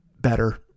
better